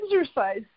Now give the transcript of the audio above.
exercise